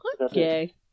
Okay